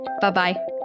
Bye-bye